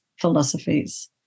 philosophies